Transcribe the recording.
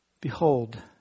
Behold